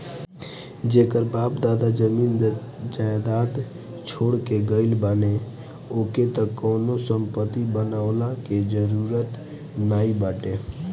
जेकर बाप दादा जमीन जायदाद छोड़ के गईल बाने ओके त कवनो संपत्ति बनवला के जरुरत नाइ बाटे